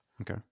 okay